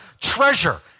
treasure